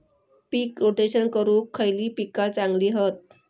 पीक rotation करूक खयली पीका चांगली हत?